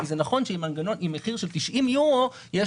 כי זה נכון שעם מחיר של 90 יורו יש